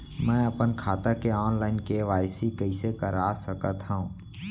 मैं अपन खाता के ऑनलाइन के.वाई.सी कइसे करा सकत हव?